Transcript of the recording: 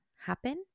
happen